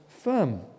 firm